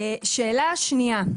שאלה שנייה.